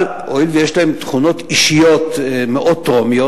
אבל הואיל ויש להם תכונות אישיות מאוד תרומיות,